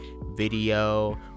video